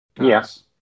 Yes